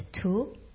two